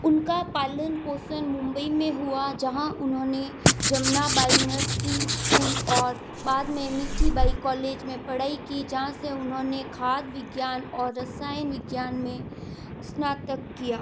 उनका पालन पोषण मुंबई में हुआ जहाँ उन्होंने जमनाबाई नरसी स्कूल और बाद में मीठीबाई कॉलेज में पढ़ाई की जहाँ से उन्होंने खाद्य विज्ञान और रसायन विज्ञान में स्नातक किया